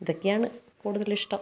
ഇതൊക്കെയാണ് കൂടുതൽ ഇഷ്ടം